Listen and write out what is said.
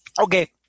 Okay